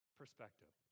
perspective